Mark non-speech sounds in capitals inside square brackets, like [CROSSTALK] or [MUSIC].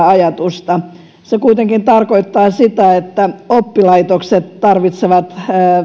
[UNINTELLIGIBLE] ajatusta se kuitenkin tarkoittaa sitä että oppilaitokset tarvitsevat